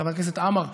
חבר הכנסת עמאר: